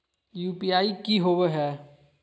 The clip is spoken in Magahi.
यू.पी.आई की होवे है?